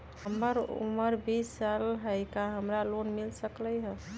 हमर उमर बीस साल हाय का हमरा लोन मिल सकली ह?